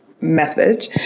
method